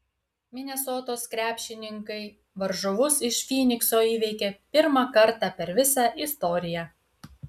minesotos krepšininkai varžovus iš fynikso įveikė pirmą kartą per visą istoriją